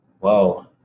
Whoa